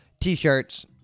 T-shirts